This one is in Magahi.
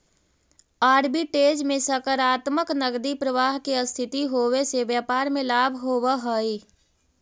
आर्बिट्रेज में सकारात्मक नकदी प्रवाह के स्थिति होवे से व्यापार में लाभ होवऽ हई